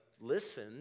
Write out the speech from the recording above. listen